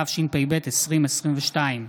התשפ"ב 2022,